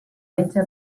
metge